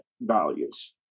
values